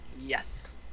Yes